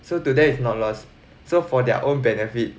so today is not loss so for their own benefit